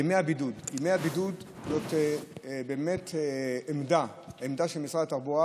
ימי הבידוד, זאת באמת עמדה, עמדה של משרד התחבורה,